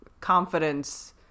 confidence